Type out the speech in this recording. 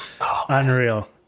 unreal